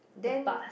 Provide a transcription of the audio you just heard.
the bus